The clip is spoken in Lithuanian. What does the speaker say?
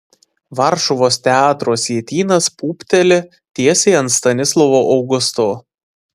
varšuvos teatro sietynas pūpteli tiesiai ant stanislovo augusto